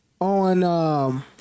on –